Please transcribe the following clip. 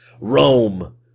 Rome